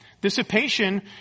Dissipation